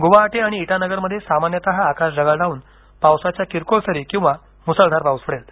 गुवाहाटी आणि इटानगरमध्ये सामान्यतः आकाश ढगाळ राहन पावसाच्या किरकोळ सरी किंवा मुसळधार पाऊस पडेल